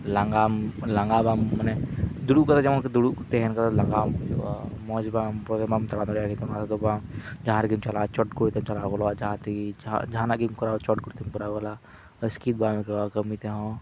ᱞᱟᱸᱜᱟᱢ ᱞᱟᱸᱜᱟ ᱵᱟᱢ ᱢᱟᱱᱮ ᱫᱩᱲᱩᱯ ᱠᱟᱛᱮ ᱡᱮᱢᱚᱱ ᱫᱩᱲᱩᱯ ᱛᱟᱦᱮᱱ ᱞᱟᱸᱜᱟᱢ ᱵᱩᱡᱷᱟᱹᱣᱟ ᱢᱚᱸᱡᱽ ᱵᱟᱢ ᱢᱚᱸᱡᱽ ᱵᱟᱢ ᱫᱟᱬᱟ ᱫᱟᱲᱮᱭᱟᱜᱼᱟ ᱡᱟᱦᱟᱸ ᱨᱮᱜᱮᱢ ᱪᱟᱞᱟᱜᱼᱟ ᱪᱚᱴ ᱠᱚᱨᱮᱛᱮ ᱪᱟᱞᱟᱣ ᱜᱚᱫᱚᱼᱟ ᱡᱟᱦᱟᱸᱛᱮ ᱡᱟᱦᱟᱸ ᱡᱟᱦᱟᱸᱱᱟᱜ ᱜᱮᱢ ᱠᱚᱨᱟᱣᱟ ᱪᱚᱴ ᱠᱚᱨᱮᱛᱮ ᱠᱚᱨᱟᱣᱟ ᱞᱟᱦᱟᱛᱮ ᱟᱥᱠᱮᱛ ᱵᱟᱢ ᱟᱹᱭᱠᱟᱹᱣᱟ ᱠᱟᱹᱢᱤ ᱛᱮᱦᱚᱸ